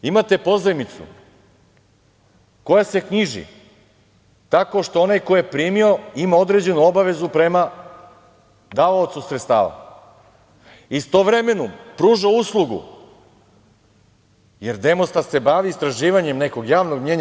Imate pozajmicu koja se knjiži tako što onaj koji je primio ima određenu obavezu prema davaocu sredstava i istovremeno pruža uslugu jer „Demostat“ se bavi istraživanjem nekog javnog mnjenja.